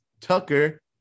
tucker